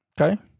Okay